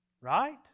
Right